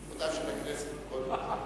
כבודה של הכנסת הוא קודם.